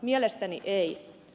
mielestäni ei